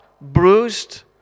bruised